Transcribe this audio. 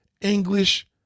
english